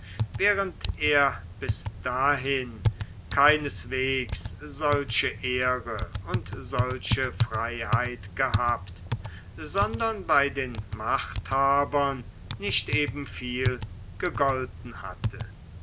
während er bis dahin keineswegs solche ehre und solche freiheit gehabt sondern bei den machthabern nicht eben viel gegolten hatte